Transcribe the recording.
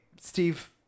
Steve